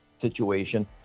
situation